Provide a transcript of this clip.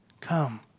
come